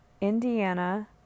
Indiana